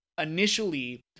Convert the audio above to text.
initially